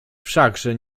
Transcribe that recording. wszakże